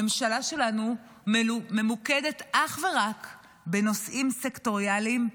הממשלה שלנו ממוקדת אך ורק בנושאים סקטוריאליים,